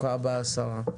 ברוכה הבאה, השרה.